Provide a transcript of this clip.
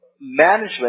management